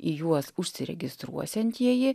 į juos užsiregistruosiantieji